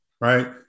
right